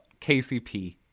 KCP